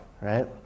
right